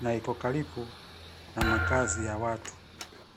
na iko karibu na makazi ya watu.